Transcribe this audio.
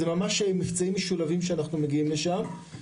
זה ממש מבצעים משולבים שאנחנו מגיעים לשם.